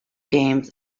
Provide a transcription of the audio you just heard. games